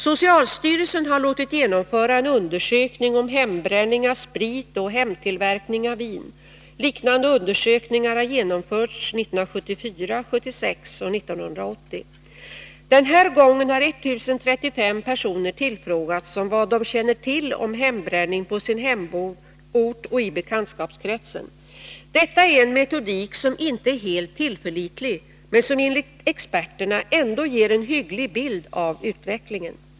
Socialstyrelsen har låtit genomföra en undersökning om hembränning av sprit och hemtillverkning av vin. Liknande undersökningar har genomförts 1974, 1976 och 1980. Den här gången har 1 035 personer tillfrågats om vad de känner till om hembränning på sin hemort och i bekantskapskretsen. Detta är en metodik som inte är helt tillförlitlig, men som enligt experterna ändå ger en hygglig bild av utvecklingen.